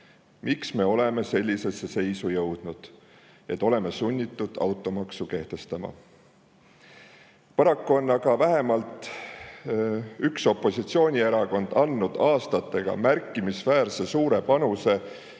miks me oleme sellisesse seisu jõudnud, et oleme sunnitud automaksu kehtestama. Paraku on vähemalt üks opositsioonierakond andnud aastatega märkimisväärselt suure panuse